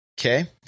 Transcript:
Okay